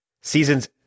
seasons